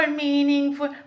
meaningful